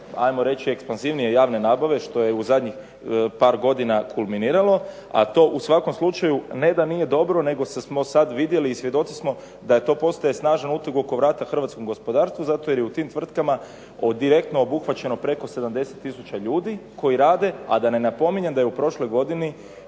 ajmo reci ekspanzivnije javne nabave, što je u zadnjih par godina kulminiralo, a to u svakom slučaju ne da nije dobro, nego smo sad vidjeli i svjedoci smo da to postaje snažan uteg oko vrata hrvatskom gospodarstvu zato jer je u tim tvrtkama direktno obuhvaćeno preko 70 tisuća ljudi koji rade, a da ne napominjem da je u prošloj godini